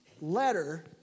letter